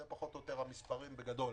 אלה המסגרים בגדול.